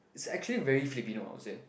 it's actually very Filipino I would say